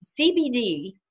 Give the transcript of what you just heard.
CBD